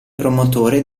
promotore